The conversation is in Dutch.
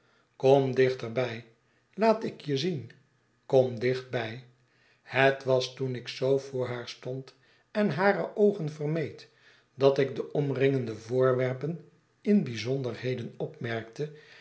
kom dichter bij laatikje zien kom dichtbtj het was toen ik zoo voor haar stond en hare oogen vermeed dat ik de omringende voorwerpen in bijzonderheden opmerkte